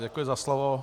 Děkuji za slovo.